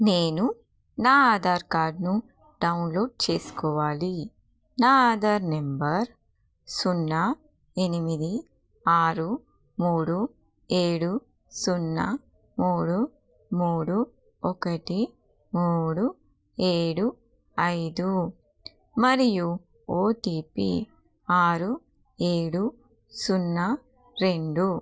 నేను నా ఆధార్ కార్డ్ను డౌన్లోడ్ చేసుకోవాలి నా ఆధార్ నెంబర్ సున్నా ఎనిమిది ఆరు మూడు ఏడు సున్నా మూడు మూడు ఒకటి మూడు ఏడు ఐదు మరియు ఓటీపీ ఆరు ఏడు సున్నా రెండు